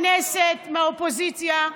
לכל חברי הכנסת מהאופוזיציה,